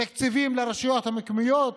תקציבים לרשויות המקומיות,